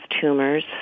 tumors